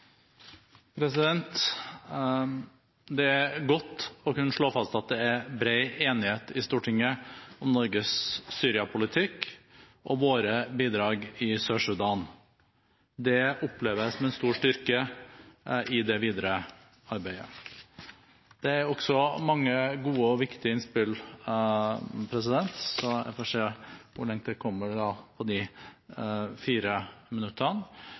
er godt å kunne slå fast at det er bred enighet i Stortinget om Norges Syria-politikk og våre bidrag i Sør-Sudan. Det opplever jeg som en stor styrke i det videre arbeidet. Det er også mange gode og viktige innspill, så jeg får se hvor langt jeg kommer på de fire minuttene